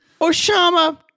Oshama